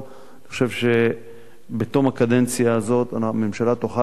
אני חושב שבתום הקדנציה הזאת הממשלה תוכל להציג את